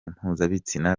mpuzabitsina